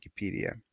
Wikipedia